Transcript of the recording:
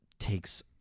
takes